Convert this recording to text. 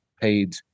paid